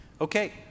Okay